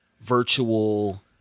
Virtual